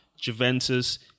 Juventus